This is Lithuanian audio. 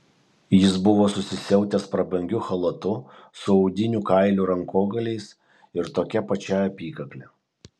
jis buvo susisiautęs prabangiu chalatu su audinių kailių rankogaliais ir tokia pačia apykakle